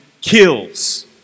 kills